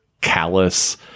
callous